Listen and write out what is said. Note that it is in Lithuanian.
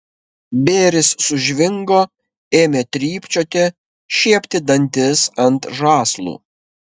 bėris sužvingo ėmė trypčioti šiepti dantis ant žąslų